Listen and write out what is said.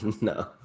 No